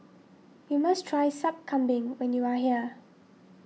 you must try Sup Kambing when you are here